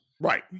Right